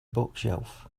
bookshelf